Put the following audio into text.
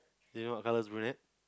you know what colour is brunette